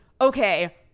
okay